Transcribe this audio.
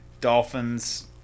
Dolphins